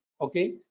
Okay